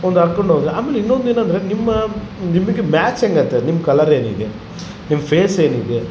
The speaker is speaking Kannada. ಒಂದು ಹಾಕೊಂಡ್ ಹೋದರೆ ಆಮೇಲೆ ಇನ್ನೊಂದು ಏನಂದರೆ ನಿಮ್ಮ ನಿಮಗೆ ಮ್ಯಾಚ್ ಹೆಂಗೈತದೆ ನಿಮ್ಮ ಕಲರ್ ಹೇಗಿದೆ ನಿಮ್ಮ ಫೇಸ್ ಏನಿದೆ